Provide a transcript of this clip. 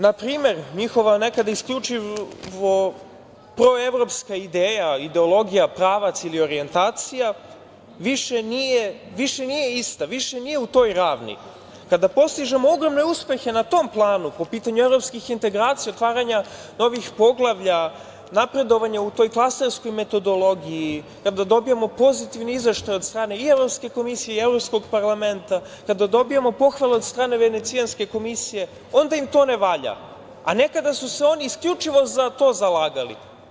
Na primer, njihova nekada isključivo proevropska ideja, ideologija pravac ili orjentacija, više nije ista, više nije u toj ravni, kada postižemo ogromne uspehe na tom planu po pitanju evropskih integracija, otvaranja novih poglavlja, napredovanje u toj klaserskoj metodologiji kada dobijemo pozitivni izveštaj od strane i Evropske komisije i Evropskog parlamenta, kada dobijemo pohvale od strane Venecijanske komisije onda im to ne valja, a nekada su se oni isključivo za to zalagali.